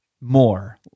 more